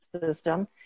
system